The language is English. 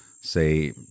say